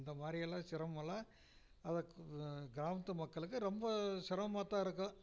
இந்த மாதிரியெல்லாம் சிரமமெல்லாம் அதை கிராமத்து மக்களுக்கு ரொம்ப சிரமமாகத் தான் இருக்கும்